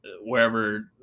wherever